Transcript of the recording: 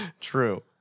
true